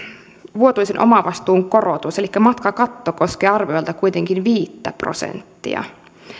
vuotuisen omavastuun korotus elikkä matkakatto koskee arviolta kuitenkin viittä prosenttia